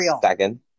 second